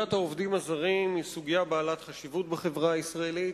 סוגיית העובדים הזרים היא סוגיה בעלת חשיבות בחברה הישראלית.